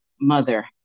mother